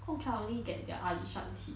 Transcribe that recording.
Gong Cha only get their 阿里山 tea